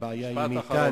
שהבעיה היא מאתנו,